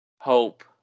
hope